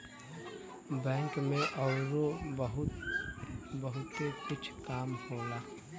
bank में अउरो बहुते कुछ काम होला